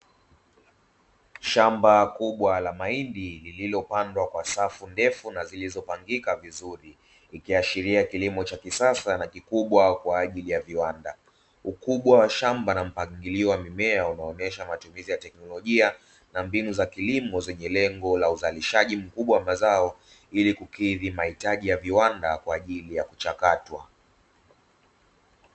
Shamba kubwa la mahindi lililopandwa kwa safu ndefu na zilizopangika vizuri ikiashiria kilimo cha kisasa na kikubwa kwa ajili ya viwanda. Ukubwa wa shamba na mpangilio wa mimea unaonesha matumizi ya teknolojia na mbinu za kilimo zenye lengo la uzalishaji mkubwa wa mazao ili kukidhi mahitaji ya viwanda kwa ajili ya kuchakatwa.